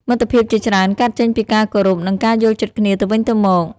មិត្តភាពជាច្រើនកើតចេញពីការគោរព និងការយល់ចិត្តគ្នាទៅវិញទៅមក។